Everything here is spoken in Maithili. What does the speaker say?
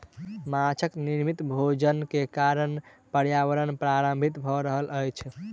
माँछक निर्मित भोजन के कारण पर्यावरण प्रभावित भ रहल अछि